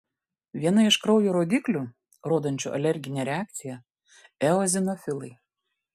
viena iš kraujo rodiklių rodančių alerginę reakciją eozinofilai